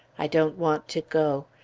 i don't want to go.